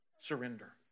surrender